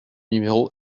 numéro